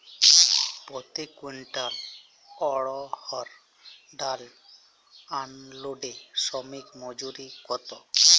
প্রতি কুইন্টল অড়হর ডাল আনলোডে শ্রমিক মজুরি কত?